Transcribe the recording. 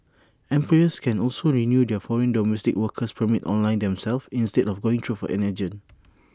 employers can also renew their foreign domestic worker permits online themselves instead of going through an agent